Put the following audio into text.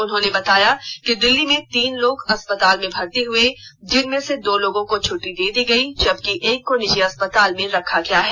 उन्होंने बताया कि दिल्ली में तीन लोग अस्पताल में भर्ती हुए जिनमें से दो लोगों को छुट्टी दे दी गई जबकि एक को निजी अस्पताल में रखा गया है